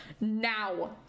now